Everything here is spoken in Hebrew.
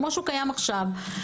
כפי שקיים עכשיו,